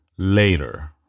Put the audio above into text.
Later